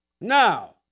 now